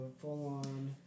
full-on